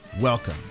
Welcome